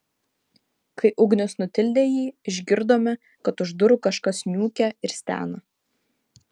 kai ugnius nutildė jį išgirdome kad už durų kažkas niūkia ir stena